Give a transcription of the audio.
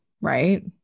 right